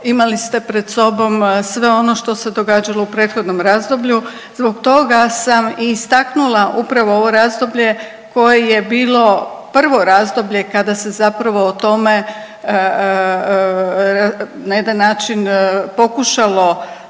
imali ste pred sobom sve ono što se događalo u prethodnom razdoblju. Zbog toga sam i istaknula upravo ovo razdoblje koje je bilo prvo razdoblje kada se zapravo o tome na jedan način pokušalo stvoriti